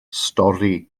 stori